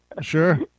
Sure